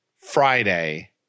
Friday